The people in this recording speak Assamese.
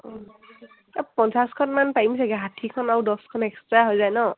পঞ্চাছখন মান পাৰিম চাগে ষাঠিখন আৰু দহখন এক্সট্ৰা হৈ যায় ন